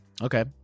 Okay